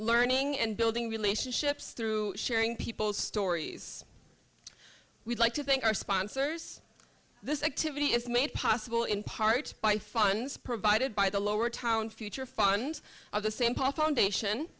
learning and building relationships through sharing people's stories we'd like to thank our sponsors this activity is made possible in part by funds provided by the lowertown future fund of the same paul foundation